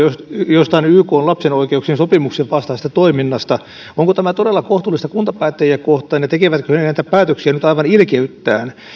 jostain ykn lapsen oikeuksien sopimuksen vastaisesta toiminnasta onko tämä todella kohtuullista kuntapäättäjiä kohtaan ja tekevätkö he näitä päätöksiä nyt aivan ilkeyttään